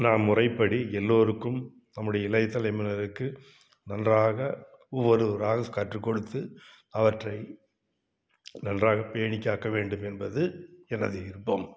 நாம் முறைப்படி எல்லோருக்கும் நம்முடைய இளைய தலைமுறையினருக்கு நன்றாக ஒவ்வொரு ராகஸ் கற்றுக்கொடுத்து அவற்றை நன்றாக பேணிக்காக்க வேண்டும் என்பது எனது இன்பம்